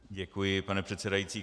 Děkuji, pane předsedající.